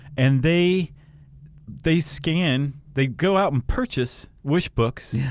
and they they scan, they go out and purchase wishbooks, yeah